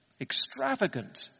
extravagant